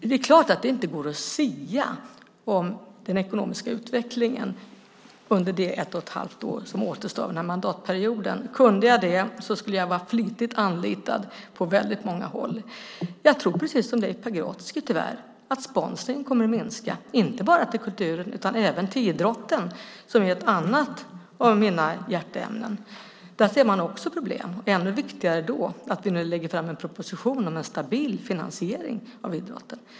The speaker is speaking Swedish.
Det är klart att det inte går att sia om den ekonomiska utvecklingen under de ett och ett halvt år som återstår av den här mandatperioden. Kunde jag det skulle jag vara flitigt anlitad på väldigt många håll. Jag tror precis som Leif Pagrotsky tyvärr att sponsringen kommer att minska, inte bara till kulturen utan även till idrotten, som är ett annat av mina hjärteämnen. Där ser man också problem. Det är ännu viktigare då att vi nu lägger fram en proposition om en stabil finansiering av idrotten.